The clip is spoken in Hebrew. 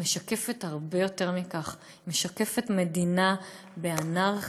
היא משקפת הרבה יותר מכך: היא משקפת מדינה באנרכיה,